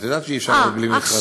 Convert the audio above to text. את יודעת שאי-אפשר היום בלי מכרזים.